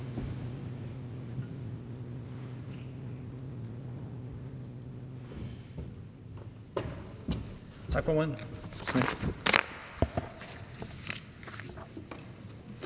Tak for det.